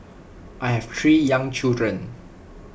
I have three young children